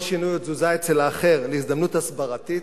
בכל שינוי או תזוזה אצל האחר הזדמנות הסברתית,